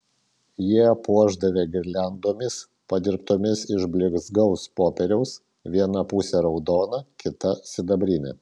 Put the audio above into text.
ją puošdavę girliandomis padirbtomis iš blizgaus popieriaus viena pusė raudona kita sidabrinė